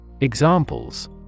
Examples